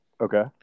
Okay